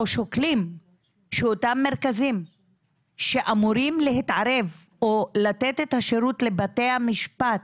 שוקלים שאותם מרכזים שאמורים להתערב או לתת את השירות לבתי המשפט,